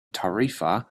tarifa